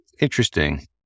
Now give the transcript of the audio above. Interesting